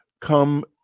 come